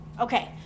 Okay